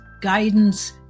guidance